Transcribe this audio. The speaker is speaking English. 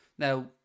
Now